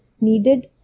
needed